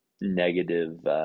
negative –